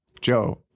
Joe